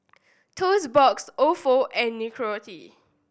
Toast Box Ofo and Nicorette